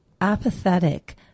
apathetic